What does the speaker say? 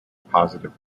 positive